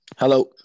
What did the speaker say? Hello